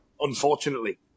unfortunately